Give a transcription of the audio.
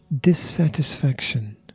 dissatisfaction